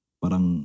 parang